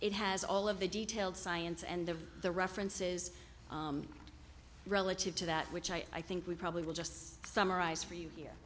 it has all of the detailed science and of the references relative to that which i think we probably will just summarize for you here